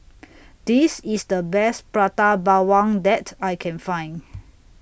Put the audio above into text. This IS The Best Prata Bawang that I Can Find